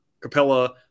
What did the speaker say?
Capella